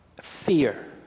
fear